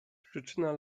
przyczyna